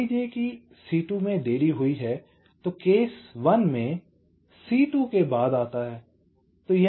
मान लीजिए कि C2 में देरी हुई है तो केस 1 C2 के बाद आता है